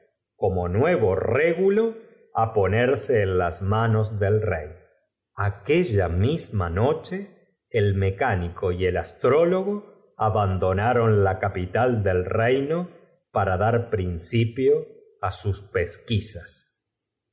como nuevo régulo á ponerse en las manos del rey a uella misma noche el mecánico y ol ciado diez mil talare y un anteojo de ho astrólogo abandomuon la capital del reinor y el mecánico una espada de d ia no para dar prin cipio á sus pesquisas